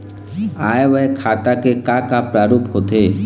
आय व्यय खाता के का का प्रारूप होथे?